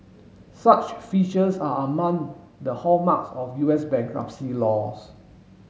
such features are among the hallmarks of U S bankruptcy laws